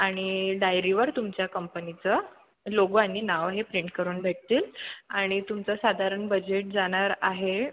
आणि डायरीवर तुमच्या कंपनीचं लोगो आणि नावं हे प्रिंट करून भेटतील आणि तुमचं साधारण बजेट जाणार आहे